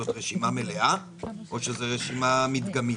זאת רשימה מלאה או שזאת רשימה מדגמית?